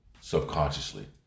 subconsciously